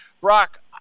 Brock